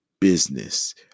business